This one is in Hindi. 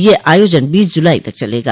यह आयोजन बीस जुलाई तक चलेगा